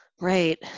Right